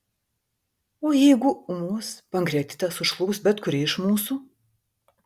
o jeigu ūmus pankreatitas užklups bet kurį iš mūsų